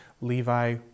Levi